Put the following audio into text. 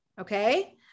Okay